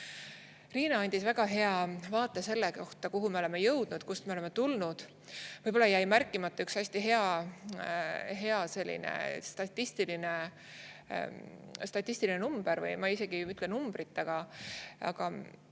samad. Riina andis väga hea vaate selle kohta, kuhu me oleme jõudnud, kust me oleme tulnud. Võib-olla jäi märkimata üks hästi hea selline statistiline number või, ma isegi ei ütle numbrit, aga